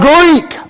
Greek